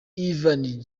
ivan